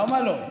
למה לא?